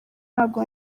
ntabwo